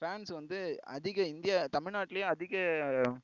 fans வந்து அதிக இந்திய தமிழ்நாட்டிலயும் அதிக